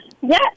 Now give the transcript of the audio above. Yes